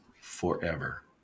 forever